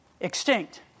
extinct